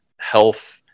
health